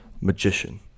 magician